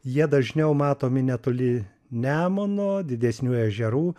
jie dažniau matomi netoli nemuno didesnių ežerų